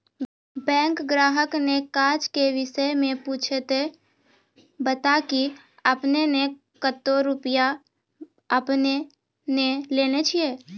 Bank ग्राहक ने काज के विषय मे पुछे ते बता की आपने ने कतो रुपिया आपने ने लेने छिए?